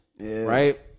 right